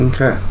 Okay